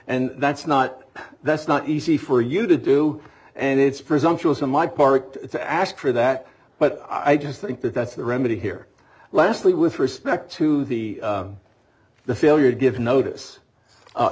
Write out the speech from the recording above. and that's not that's not easy for you to do and it's presumptuous on my part to ask for that but i just think that that's the remedy here lastly with respect to the the failure to give notice